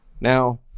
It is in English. Now